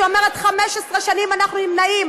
שאומרת: 15 שנים אנחנו נמנעים.